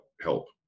help